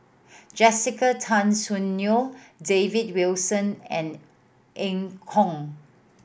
Jessica Tan Soon Neo David Wilson and Eu Kong